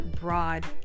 broad